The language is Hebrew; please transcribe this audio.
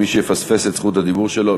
מי שיפספס את זכות הדיבור שלו,